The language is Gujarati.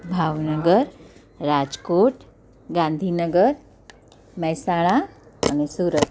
ભાવનગર રાજકોટ ગાંધીનગર મહેસાણા અને સૂરત